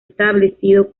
establecido